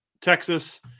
Texas